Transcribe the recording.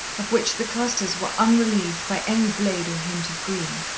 of which the clusters were unrelieved by any blade or hint of green.